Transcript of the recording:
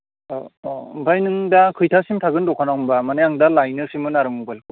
औ औ ओमफ्राय नों खैथासिम थागोन दखानाव होमबा माने आं दा लायनोसैमोन आरो मबाइलखौ